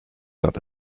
got